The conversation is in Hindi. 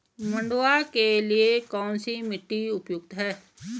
मंडुवा के लिए कौन सी मिट्टी उपयुक्त है?